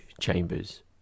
Chambers